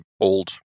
old